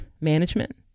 management